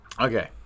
okay